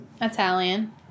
Italian